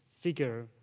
figure